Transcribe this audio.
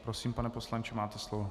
Prosím, pane poslanče, máte slovo.